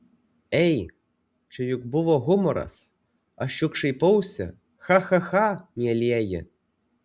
ei čia juk buvo humoras aš juk šaipausi cha cha cha mielieji